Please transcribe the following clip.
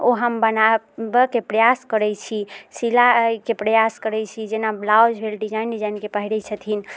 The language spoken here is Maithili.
ओ हम बनाबऽके प्रआस करैत छी सिलाइके प्रयास करैत छी जेना ब्लाउज भेल डिजाइन डिजाइनके पहिरैत छथिन